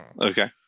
Okay